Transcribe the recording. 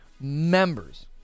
members